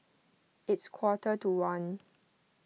its quarter to one